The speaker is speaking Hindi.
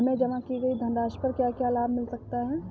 हमें जमा की गई धनराशि पर क्या क्या लाभ मिल सकता है?